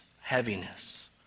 heaviness